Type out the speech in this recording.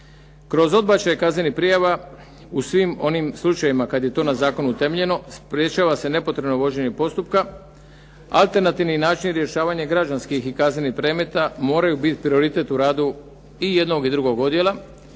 Kroz odbačaj kaznenih prijava u svim onim slučajevima kada je to zakonom utemeljeno spriječava se nepotrebno vođenje postupka alternativni način rješavanje građanskih i kaznenih predmeta moraju biti prioritet u radu i jednog i drugog odjela